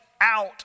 out